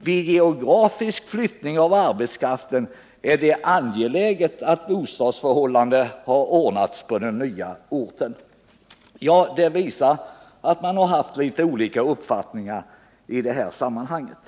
Vid geografisk flyttning av arbetskraften är det angeläget att bostadsförhållandena har ordnats i den nya orten.” Detta visar att man har haft litet olika uppfattningar i det här sammanhanget.